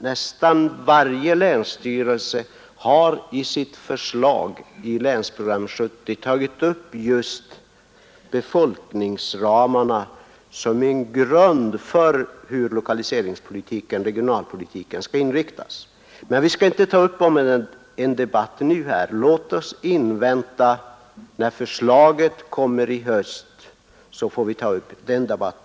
Nästan varenda länsstyrelse har i sitt yttrande över Länsprogram 1970 utgått från just de befolkningsmässiga ramarna såsom en grundval för regionalpolitiken. Men jag tycker inte att vi nu skall ta upp en debatt om denna fråga. Låt oss vänta tills förslaget om regional riksplanering kommer i höst.